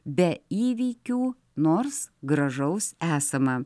be įvykių nors gražaus esama